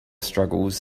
struggles